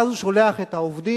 ואז הוא שולח את העובדים,